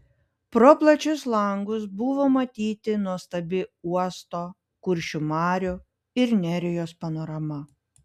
pro plačius langus buvo matyti nuostabi uosto kuršių marių ir nerijos panorama